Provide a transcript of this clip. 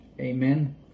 Amen